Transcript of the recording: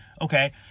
okay